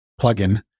plugin